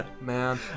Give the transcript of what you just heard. man